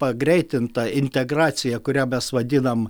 pagreitinta integracija kurią mes vadinam